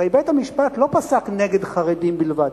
הרי בית-המשפט לא פסק נגד חרדים בלבד.